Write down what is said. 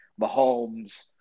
Mahomes